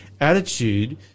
attitude